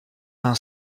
main